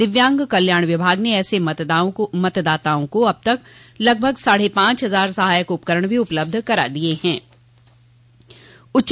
दिव्यांग कल्याण विभाग ने ऐसे मतदाताओं को अब तक लगभग साढ़े पांच हजार सहायक उपकरण भी उपलब्ध करा चुका है